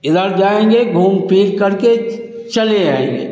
इधर जाएंगे घूम फिर करके चले आएँगे